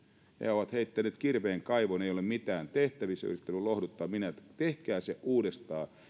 ovat heittäneet kirveen kaivoon ei ole mitään tehtävissä minä olen yrittänyt lohduttaa että tehkää se uudestaan ja